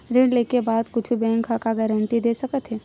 ऋण लेके बाद कुछु बैंक ह का गारेंटी दे सकत हे?